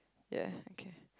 ya okay